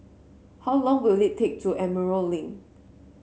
how long will it take to Emerald Link